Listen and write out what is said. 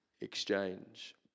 exchange